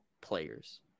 players